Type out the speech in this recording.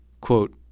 quote